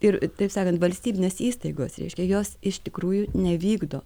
ir taip sakant valstybinės įstaigos reiškia jos iš tikrųjų nevykdo